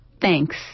Thanks